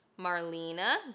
Marlena